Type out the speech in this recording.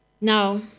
Now